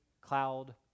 cloud